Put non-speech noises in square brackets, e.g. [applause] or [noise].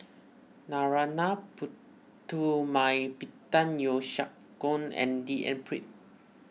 Narana Putumaippittan Yeo Siak Goon and D [noise] N Pritt